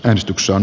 äänestyksen